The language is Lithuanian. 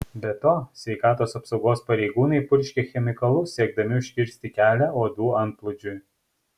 be to sveikatos apsaugos pareigūnai purškia chemikalus siekdami užkirsti kelią uodų antplūdžiui